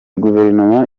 guverinoma